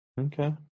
Okay